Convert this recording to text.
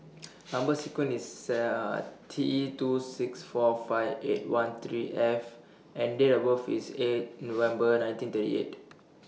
Number sequence IS C T two six four five eight one three F and Date of birth IS eight November nineteen thirty eight